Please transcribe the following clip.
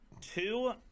Two